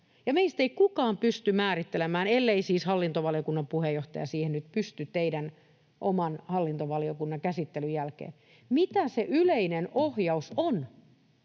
meistä ei kukaan pysty määrittelemään — ellei siis hallintovaliokunnan puheenjohtaja siihen nyt pysty teidän oman, hallintovaliokunnan käsittelyn jälkeen — mitä se yleinen ohjaus on,